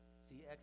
See